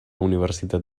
universitat